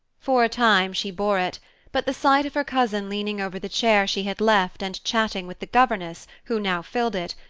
for a time she bore it but the sight of her cousin leaning over the chair she had left and chatting with the governess, who now filled it,